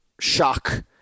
shock